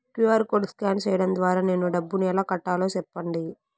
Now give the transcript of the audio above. QR కోడ్ స్కాన్ సేయడం ద్వారా నేను డబ్బును ఎలా కట్టాలో సెప్పండి?